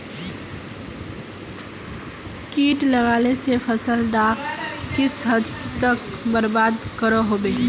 किट लगाले से फसल डाक किस हद तक बर्बाद करो होबे?